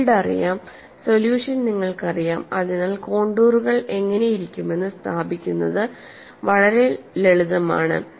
field അറിയാം solution നിങ്ങൾക്കറിയാം അതിനാൽ കോൺടൂറുകൾ എങ്ങനെയിരിക്കുമെന്ന് സ്ഥാപിക്കുന്നത് നിങ്ങൾക്ക് ലളിതമാണ്